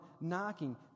knocking